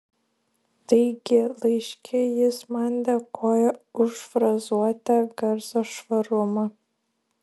taigi laiške jis man dėkoja už frazuotę garso švarumą